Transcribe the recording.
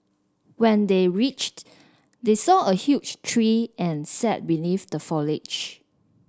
when they reached they saw a huge tree and sat beneath the foliage